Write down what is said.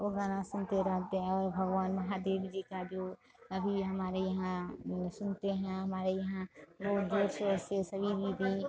ओ गाना सुनते रहते हैं और भगवान महादेव जी का जो अभी हमारे यहाँ ये सुनते हैं हमारे यहाँ बहुत जोर सोर से सभी दीदी